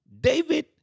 David